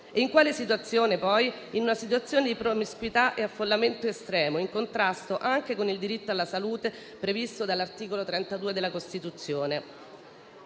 In quale situazione poi? In una situazione di promiscuità e affollamento estremo, in contrasto anche con il diritto alla salute previsto dall'articolo 32 della Costituzione.